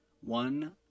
One